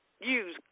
use